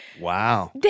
Wow